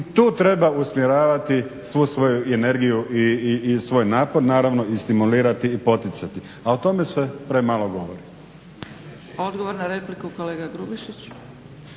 tu treba usmjeravati svu svoju energiju i svoj napor, naravno i stimulirati i poticati. A o tome se premalo govori. **Zgrebec, Dragica (SDP)** Odgovor na repliku, kolega Grubišić.